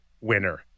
winner